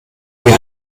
mir